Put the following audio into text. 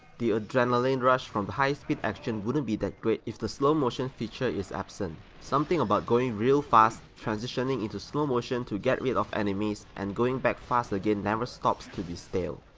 the adrenaline rush from the high-speed action wouldn't be that great if the slow-motion feature is absent, something about going real fast, transitioning into slow-motion to get rid of enemies, and going back fast again never stops to be stale.